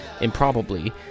improbably